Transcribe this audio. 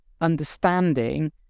understanding